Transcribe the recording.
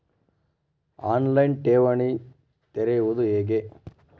On line ಠೇವಣಿ ತೆರೆಯುವುದು ಹೇಗೆ?